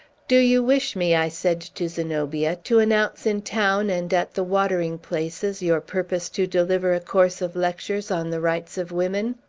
do you wish me, i said to zenobia, to announce in town, and at the watering-places, your purpose to deliver a course of lectures on the rights of women?